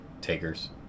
Takers